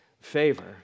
favor